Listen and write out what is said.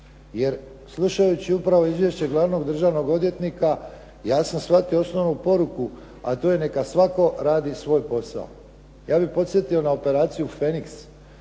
Jer slušajući upravo Izvješće glavnog državnog odvjetnika ja sam shvatio osnovnu poruku, a to je neka svatko radi svoj posao. Ja bih podsjetio na operaciju "Fenix"